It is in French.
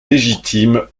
légitime